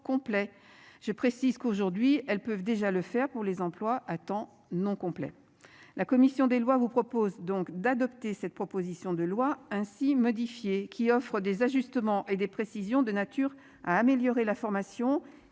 Je précise qu'aujourd'hui elles peuvent déjà le faire pour les emplois à temps non complet. La commission des lois vous propose donc d'adopter cette proposition de loi ainsi modifiée qui offrent des ajustements et des précisions de nature à améliorer la formation et